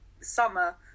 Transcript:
summer